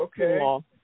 okay